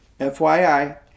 FYI